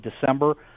December